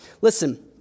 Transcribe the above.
Listen